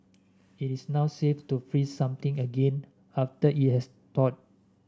it is not safe to freeze something again after it has thawed